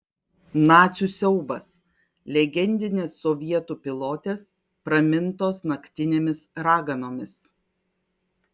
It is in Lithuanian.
nacių siaubas legendinės sovietų pilotės pramintos naktinėmis raganomis